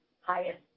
highest